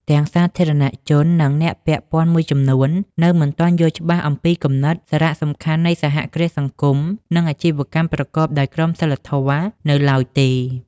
ទាំងសាធារណជន និងអ្នកពាក់ព័ន្ធមួយចំនួននៅមិនទាន់យល់ច្បាស់អំពីគំនិត សារៈសំខាន់នៃសហគ្រាសសង្គម និងអាជីវកម្មប្រកបដោយក្រមសីលធម៌នៅឡើយទេ ។